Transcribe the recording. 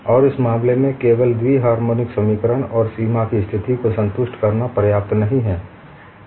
और इस मामले में केवल द्वि हार्मोनिक समीकरण और सीमा की स्थिति को संतुष्ट करना पर्याप्त नहीं है